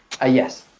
Yes